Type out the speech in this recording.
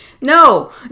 no